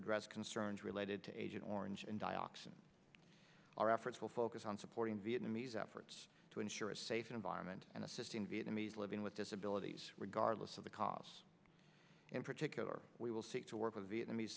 address concerns related to agent orange and dioxin our efforts will focus on supporting vietnamese efforts to ensure a safe environment and assisting vietnamese living with disabilities regardless of the costs in particular we will seek to work with vietnamese